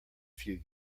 few